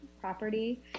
property